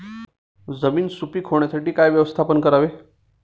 जमीन सुपीक होण्यासाठी काय व्यवस्थापन करावे?